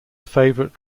favourite